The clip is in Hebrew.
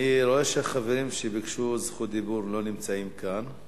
אני רואה שהחברים שביקשו זכות דיבור לא נמצאים כאן.